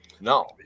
No